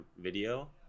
video